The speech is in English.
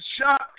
shot